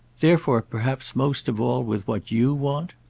therefore, perhaps, most of all with what you want?